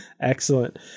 Excellent